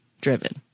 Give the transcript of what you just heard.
driven